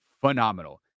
phenomenal